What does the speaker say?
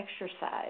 exercise